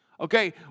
Okay